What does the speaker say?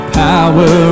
power